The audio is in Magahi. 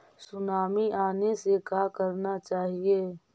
सुनामी आने से का करना चाहिए?